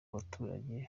baturage